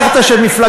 אתה שכחת שמפלגתך,